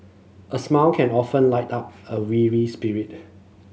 a smile can often lift up a weary spirit